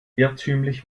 irrtümlich